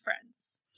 friends